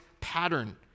pattern